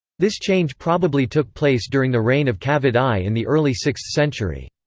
this change probably took place during the reign of kavad i in the early sixth century.